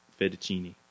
fettuccine